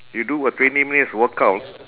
you do a twenty minutes workout